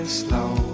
slow